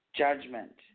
judgment